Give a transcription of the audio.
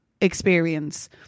experience